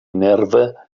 nerva